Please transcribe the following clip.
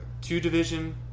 Two-division